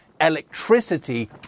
electricity